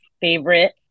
favorite